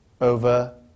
over